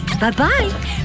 Bye-bye